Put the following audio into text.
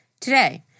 today